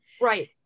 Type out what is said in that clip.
Right